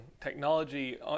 technology